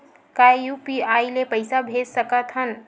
का यू.पी.आई ले पईसा भेज सकत हन?